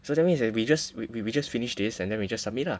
so that means that we just we we we just finish this and then we just submit lah